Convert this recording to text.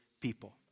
people